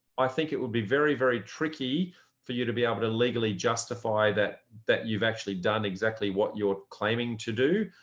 i think it will be very, very tricky for you to be able to legally justify that that you've actually done exactly what you're claiming to do.